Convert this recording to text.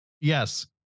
Yes